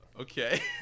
Okay